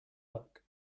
luck